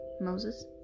Moses